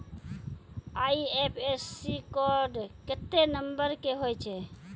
IFSC code केत्ते number के होय छै